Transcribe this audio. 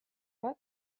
bat